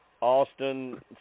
Austin